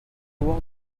voir